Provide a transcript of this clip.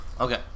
Okay